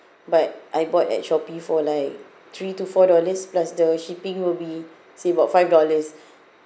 but I bought at shopee for like three to four dollars plus the shipping will be say about five dollars